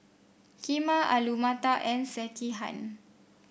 Kheema Alu Matar and Sekihan